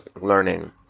learning